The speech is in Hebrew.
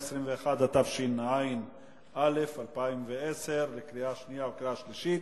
121), התשע"א 2010, קריאה שנייה וקריאה שלישית.